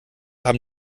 haben